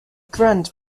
grand